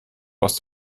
aus